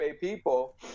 people